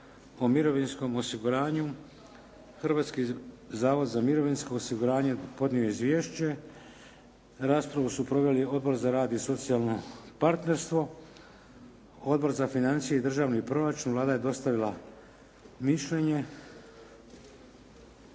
o mirovinskom osiguranju, Hrvatski zavod za mirovinsko osiguranje podnio je izvješće. Raspravu su proveli Odbor za rad i socijalno partnerstvo, Odbor za financije i državni proračun. Vlada je dostavila mišljenje.